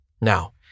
Now